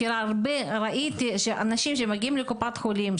ראיתי שאנשים שמגיעים לקופת חולים,